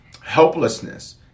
helplessness